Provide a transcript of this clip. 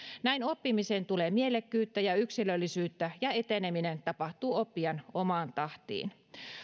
näin oppimiseen tulee mielekkyyttä ja yksilöllisyyttä ja eteneminen tapahtuu oppijan omaan tahtiin